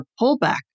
pullback